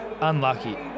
Unlucky